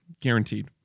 Guaranteed